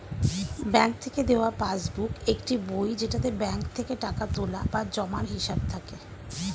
bank থেকে দেওয়া passbook একটি বই যেটাতে ব্যাঙ্ক থেকে টাকা তোলা বা জমার হিসাব থাকে